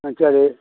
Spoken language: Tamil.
ஆ சரி